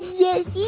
yes,